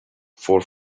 for